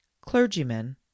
clergymen